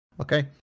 Okay